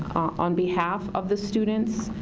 on behalf of the students,